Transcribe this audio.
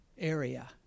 area